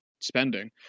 spending